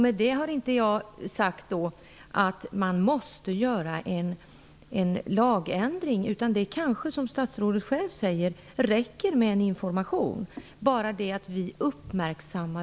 Med detta har jag inte sagt att man måste åstadkomma en lagändring. Det kanske räcker, som statsrådet själv säger, med information och att problemet uppmärksammas.